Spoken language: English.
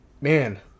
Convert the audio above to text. Man